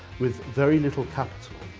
with very little capital,